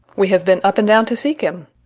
we have been up and down to seek him.